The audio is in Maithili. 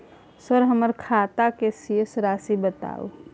सर हमर खाता के शेस राशि बताउ?